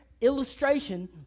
illustration